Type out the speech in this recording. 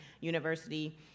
University